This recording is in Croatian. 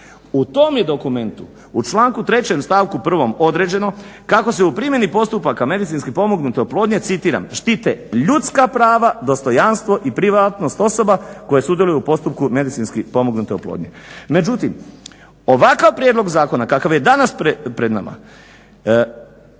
U tom je dokumentu u članku 3. stavku 1. određeno kako se u primjeni postupaka medicinski pomognute oplodnje citiram: "štite ljudska prava, dostojanstvo i privatnost osoba koja sudjeluju u postupku medicinski pomognute oplodnje." Međutim, ovakav prijedlog zakona kakav je danas pred nama,